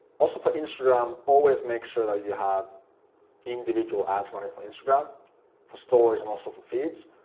also for instagram always make sure that you have individual ads running for instagram for stories and also for feeds,